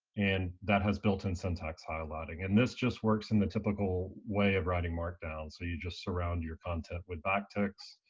and that has built-in syntax highlighting. and this just works in the typical way of writing markdown. so you just surround your content with back ticks,